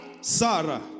Sarah